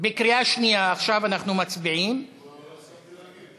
עכשיו אנחנו מצביעים בקריאה שנייה.